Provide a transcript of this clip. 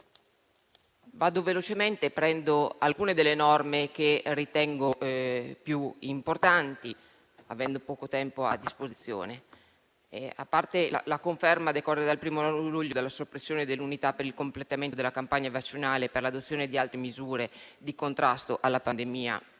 disposizioni. Prendo alcune delle norme che ritengo più importanti, avendo poco tempo a disposizione. Inizio dalla conferma, che decorre dal primo luglio, della soppressione dell'unità per il completamento della campagna vaccinale e per l'adozione di altri misure di contrasto alla pandemia.